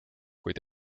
kuid